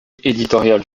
éditoriale